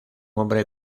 hombre